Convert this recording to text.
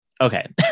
Okay